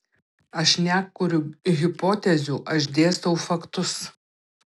aš nekuriu hipotezių aš dėstau faktus